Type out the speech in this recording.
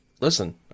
listen